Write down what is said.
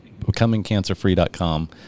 becomingcancerfree.com